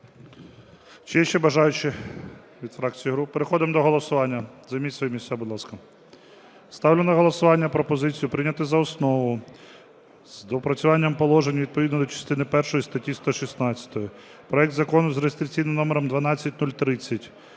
є ще бажаючі від фракцій і груп? Переходимо до голосування. Займіть свої місця, будь ласка. Ставлю на голосування пропозицію прийняти за основу з доопрацюванням положень відповідно до частини першої статті 116 проект Закону за реєстраційним номером 12030